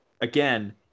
again